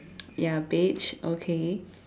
ya beige okay